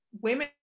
women